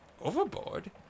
Overboard